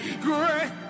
great